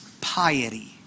Piety